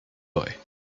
boy